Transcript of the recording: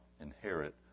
inherit